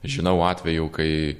žinau atvejų kai